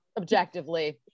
objectively